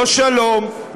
לא שלום,